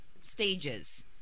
stages